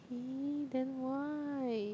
then why